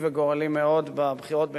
בדיוק.